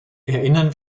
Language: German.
erinnern